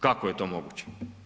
Kako je to moguće?